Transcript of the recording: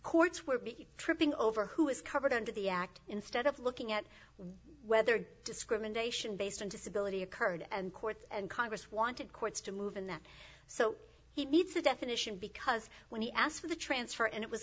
courts were tripping over who was covered under the act instead of looking at whether discrimination based on disability occurred and courts and congress wanted courts to move in that so he needs a definition because when he asked for the transfer and it was